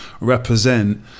Represent